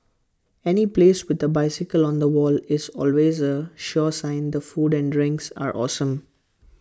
any place with A bicycle on the wall is always A sure sign the food and drinks are awesome